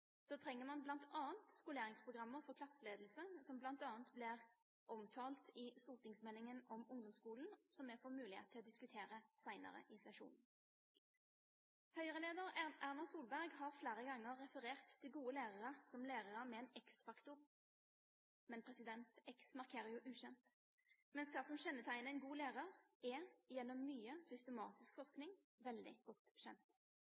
Da trenger man bl.a. skoleringsprogrammer for klasseledelse, som bl.a. blir omtalt i stortingsmeldingen om ungdomsskolen, som vi får mulighet til å diskutere senere i sesjonen. Høyre-leder Erna Solberg har flere ganger referert til gode lærere som lærere med en x-faktor. Men x markerer jo ukjent, mens det som kjennetegner en god lærer, er – gjennom mye systematisk forskning – veldig godt kjent.